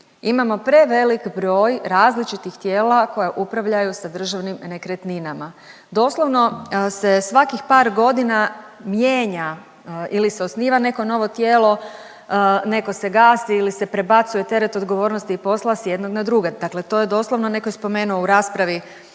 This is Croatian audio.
Imamo prevelik broj različitih tijela koja upravljaju sa državnim nekretninama. Doslovno se svakih par godina mijenja ili se osniva neko novo tijelo, neko se gasi ili se prebacuje teret odgovornosti i posla s jednog na druga. Dakle, to je doslovno netko je spomenuo u raspravi